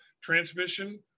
transmission